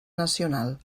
nacional